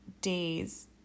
days